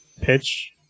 pitch